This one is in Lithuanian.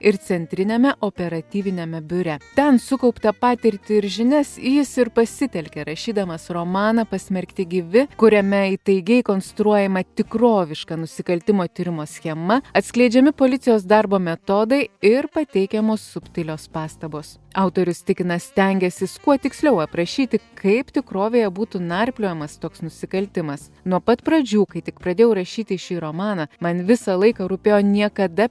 ir centriniame operatyviniame biure ten sukauptą patirtį ir žinias jis ir pasitelkė rašydamas romaną pasmerkti gyvi kuriame įtaigiai konstruojama tikroviška nusikaltimo tyrimo schema atskleidžiami policijos darbo metodai ir pateikiamos subtilios pastabos autorius tikina stengęsis kuo tiksliau aprašyti kaip tikrovėje būtų narpliojamas toks nusikaltimas nuo pat pradžių kai tik pradėjau rašyti šį romaną man visą laiką rūpėjo niekada